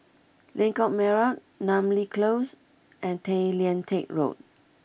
Lengkok Merak Namly Close and Tay Lian Teck Road